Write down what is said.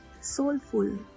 soulful